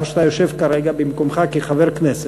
המקום שאתה יושב בו כרגע כחבר הכנסת,